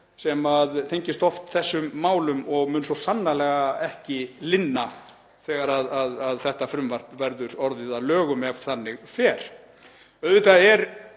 sem tengist oft þessum málum og mun svo sannarlega ekki linna þegar þetta frumvarp verður orðið að lögum, ef þannig fer. Auðvitað er